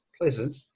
pleasant